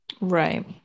Right